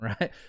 right